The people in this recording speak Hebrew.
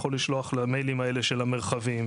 יכול לשלוח למיילים האלה של המרחבים.